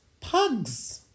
pugs